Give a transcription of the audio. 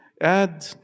Add